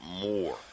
more